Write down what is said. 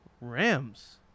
Rams